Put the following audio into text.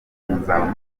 muzaba